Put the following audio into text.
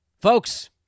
Folks